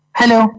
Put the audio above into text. hello